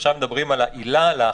עכשיו מדברים על העילה להכרזה.